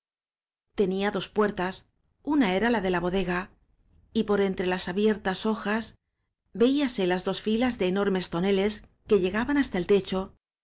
tenía dos puertas una era la de la bo dega y por entre las abiertas hojas veíase las dos filas de enormes báñeles que llegaban hasta el techo